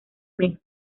mes